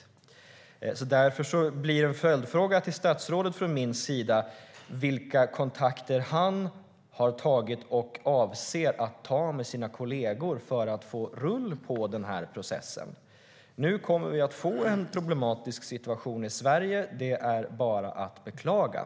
Därför blir min följdfråga till statsrådet vilka kontakter han har tagit och avser att ta med sina kollegor för att få rull på den här processen. Nu kommer vi att få en problematisk situation i Sverige, och det är bara att beklaga.